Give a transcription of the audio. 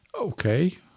Okay